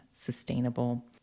sustainable